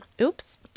oops